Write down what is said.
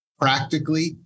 practically